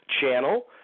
channel